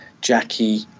jackie